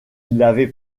l’avait